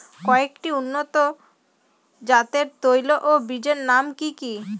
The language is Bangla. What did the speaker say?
কয়েকটি উন্নত জাতের তৈল ও বীজের নাম কি কি?